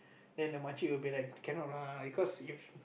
and the macik will be like cannot lah because if